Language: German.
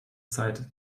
zeit